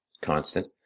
constant